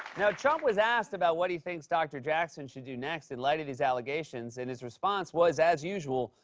now, trump was asked about what he thinks dr. jackson should do next in light of these allegations. and his response was, as usual,